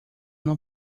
não